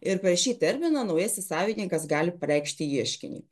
ir per šį terminą naujasis savininkas gali pareikšti ieškinį